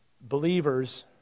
Believers